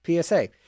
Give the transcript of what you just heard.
PSA